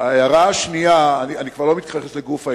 ההערה השנייה, אני כבר לא מתייחס לגוף העניין.